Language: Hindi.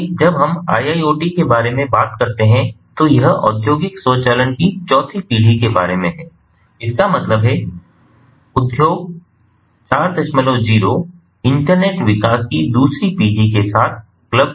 इसलिए जब हम IIoT के बारे में बात करते हैं तो यह औद्योगिक स्वचालन की चौथी पीढ़ी के बारे में है इसका मतलब है उद्योग चार 40 इंटरनेट विकास की दूसरी पीढ़ी के साथ क्लब किया गया है